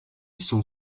sont